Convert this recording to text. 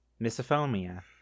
Misophonia